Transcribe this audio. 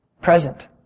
present